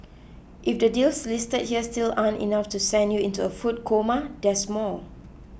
if the deals listed here still aren't enough to send you into a food coma there's more